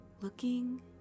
looking